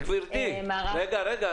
גברתי, רגע.